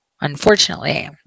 unfortunately